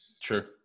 sure